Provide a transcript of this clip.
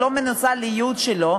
והוא לא מנוצל לייעוד שלו,